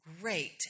great